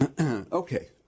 Okay